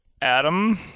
Adam